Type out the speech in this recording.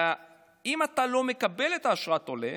אם אתה לא מקבל את אשרת העולה,